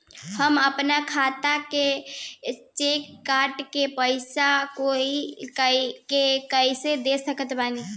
हम अपना खाता से चेक काट के पैसा कोई के कैसे दे सकत बानी?